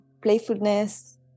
playfulness